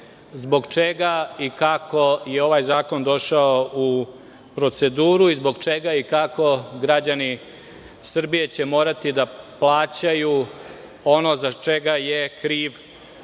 zbog čega i kako je ovaj zakon došao u proceduru i zbog čega i kako građani Srbije će morati da plaćaju ono za šta je kriv